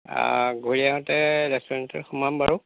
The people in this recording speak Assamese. ঘূৰি আহোঁতে ৰেষ্টুৰেণ্টত সোমাম বাৰু